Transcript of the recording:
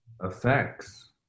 affects